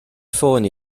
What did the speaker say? ffôn